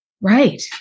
Right